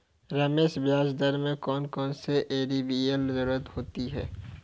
रमेश ब्याज दर में कौन कौन से वेरिएबल जरूरी होते हैं?